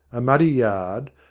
a muddy yard,